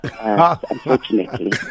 Unfortunately